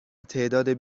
تعداد